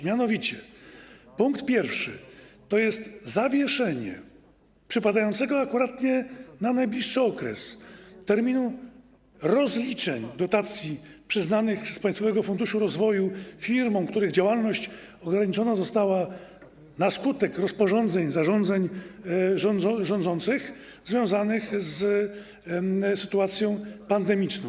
Mianowicie punkt pierwszy to zawieszenie przypadającego akurat na najbliższy okres terminu rozliczeń dotacji przyznanych z Państwowego Funduszu Rozwoju firmom, których działalność ograniczona została na skutek rozporządzeń, zarządzeń rządzących związanych z sytuacją pandemiczną.